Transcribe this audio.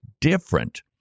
different